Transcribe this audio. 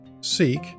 Seek